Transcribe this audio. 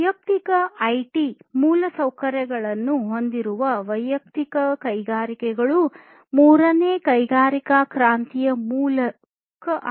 ವೈಯಕ್ತಿಕ ಐಟಿ ಮೂಲಸೌಕರ್ಯಗಳನ್ನು ಹೊಂದಿರುವ ವೈಯಕ್ತಿಕ ಕೈಗಾರಿಕೆಗಳು ಮೂರನೆಯ ಕೈಗಾರಿಕಾ ಕ್ರಾಂತಿಯ ಮೂಲಕ ಆಗಿವೆ